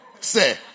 Say